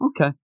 Okay